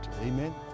amen